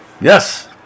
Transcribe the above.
Yes